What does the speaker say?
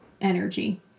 energy